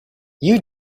you